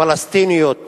פלסטיניות